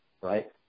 right